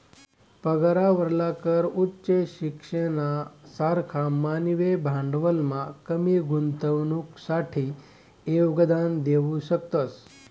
पगारावरला कर उच्च शिक्षणना सारखा मानवी भांडवलमा कमी गुंतवणुकसाठे योगदान देऊ शकतस